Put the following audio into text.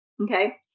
Okay